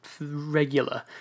regular